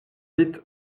vite